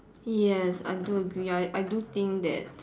yes I do agree I I do think that